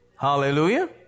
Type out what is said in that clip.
Hallelujah